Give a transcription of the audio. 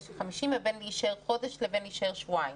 של 50 לבין להישאר חודש לבין להישאר שבועיים.